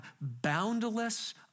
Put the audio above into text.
boundless